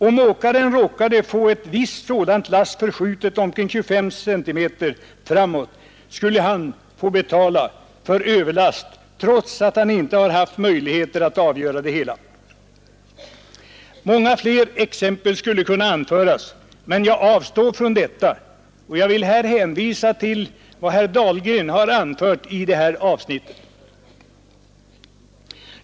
Om åkaren råkade få ett visst sådant lass förskjutet omkring 25 cm framåt skulle han kunna få betala för överlast trots att han inte har haft möjligheter att avgöra det hela. Många fler exempel skulle kunna anföras, men jag avstår från detta. Jag vill hänvisa till vad herr Dahlgren anfört i det här avsnittet.